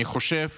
אני חושב